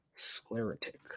Sclerotic